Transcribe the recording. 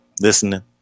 listening